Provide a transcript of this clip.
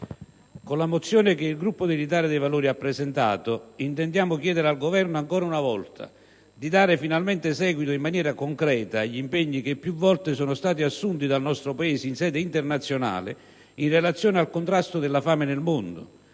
con la mozione che il Gruppo dell'Italia dei Valori ha presentato intendiamo chiedere al Governo, ancora una volta, di dare finalmente seguito, in maniera concreta, agli impegni che più volte sono stati assunti dal nostro Paese in sede internazionale, in relazione al contrasto alla fame nel mondo,